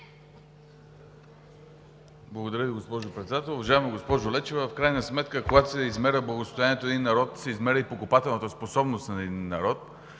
Благодаря Ви, госпожо Председател. Уважаема госпожо Лечева, в крайна сметка, когато се измерва благосъстоянието на един народ, се измерва и покупателната способност, всеки един